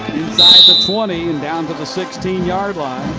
the twenty. and down to the sixteen yard line.